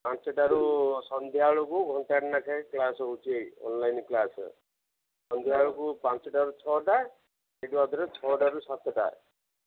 ପାଞ୍ଚଟାରୁ ସନ୍ଧ୍ୟା ବେଳକୁ ଘଣ୍ଟାଟେ ଲେଖାଏଁ କ୍ଲାସ୍ ହେଉଛି ଏଇ ଅନଲାଇନ୍ କ୍ଲାସ୍ ସନ୍ଧ୍ୟାବେଳକୁ ପାଞ୍ଚଟାରୁ ଛଅଟା ସେଠି ଆଉଥରେ ଛଅଟାରୁ ସାତଟା